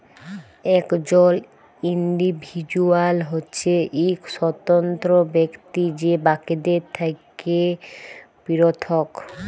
একজল ইল্ডিভিজুয়াল হছে ইক স্বতন্ত্র ব্যক্তি যে বাকিদের থ্যাকে পিরথক